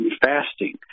fasting